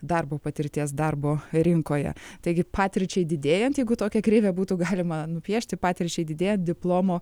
darbo patirties darbo rinkoje taigi patirčiai didėjant jeigu tokią kreivę būtų galima nupiešti patirčiai didėjant diplomo